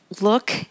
look